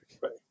right